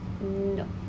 No